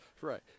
Right